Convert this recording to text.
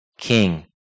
King